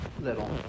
little